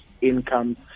income